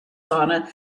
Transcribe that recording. sauna